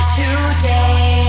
today